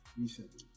recently